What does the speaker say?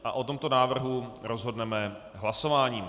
O tomto návrhu rozhodneme hlasováním.